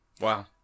Wow